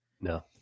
No